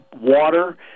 water